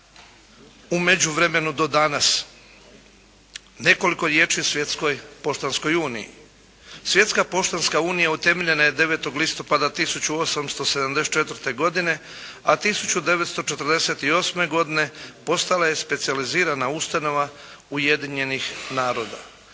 međuvremenu do danas. Nekoliko riječi o Svjetskoj poštanskoj uniji. Svjetska poštanska unija utemeljena je 9. listopada 1874. godine, a 1948. godine postala je specijalizirana ustanova Ujedinjenih naroda,